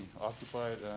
occupied